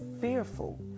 fearful